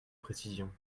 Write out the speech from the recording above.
précision